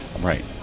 right